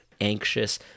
anxious